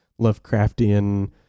lovecraftian